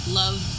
love